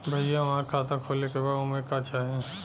भईया हमार खाता खोले के बा ओमे का चाही?